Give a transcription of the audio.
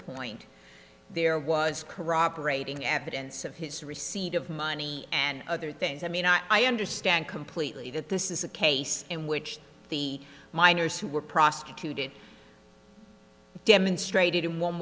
point there was corroborating evidence of his receipt of money and other things i mean i understand completely that this is a case in which the miners who were prosecuted demonstrated in one